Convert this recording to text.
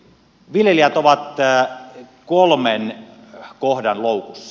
viljelijät ovat kolmen kohdan loukussa